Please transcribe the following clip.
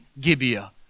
Gibeah